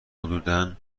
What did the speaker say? حدودا